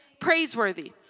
praiseworthy